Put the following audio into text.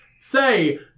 Say